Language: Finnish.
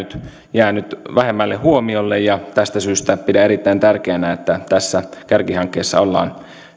jäänyt vähemmälle huomiolle tästä syystä pidän erittäin tärkeänä että tässä kärkihankkeessa ollaan